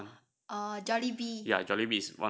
oh err jollibee